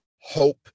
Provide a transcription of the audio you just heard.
Hope